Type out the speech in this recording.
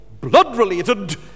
blood-related